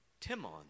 Timon